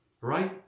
right